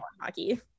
hockey